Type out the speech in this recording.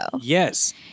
Yes